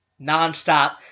nonstop